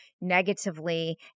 negatively